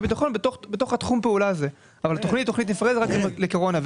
ביטחון בתחום פעולה הזה אבל היא תוכנית נפרדת רק לקורונה.